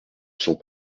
sont